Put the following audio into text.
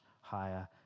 higher